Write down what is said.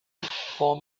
form